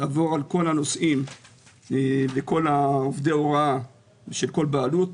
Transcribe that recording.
לעבור על כל הנושאים וכל עובדי ההוראה של כל בעלות,